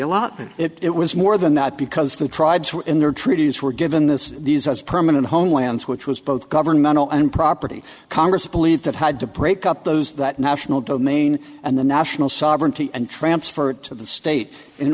allotment it was more than that because the tribes in the treaties were given this these as permanent homelands which was both governmental and property congress believed that had to break up those that national domain and the national sovereignty and transferred to the state in